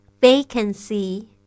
Vacancy